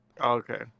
Okay